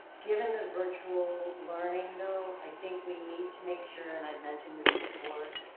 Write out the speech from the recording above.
given the virtual learning though, i think we need to make sure, and i've mentioned this before,